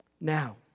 now